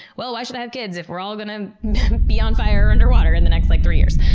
well, why should i have kids if we're all gonna be on fire or underwater in the next like three years?